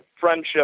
friendship